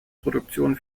produktion